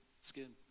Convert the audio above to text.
skin